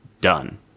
done